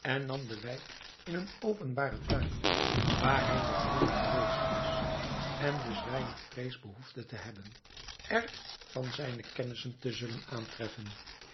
en nam de wijk in een openbaren tuin waar hij nog nimmer geweest was en dus weinig vrees behoefde te hebben er van zijne kennissen te zullen aantreffen